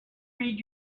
read